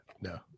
no